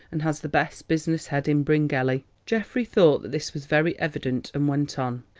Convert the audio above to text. and has the best business head in bryngelly. geoffrey thought that this was very evident, and went on.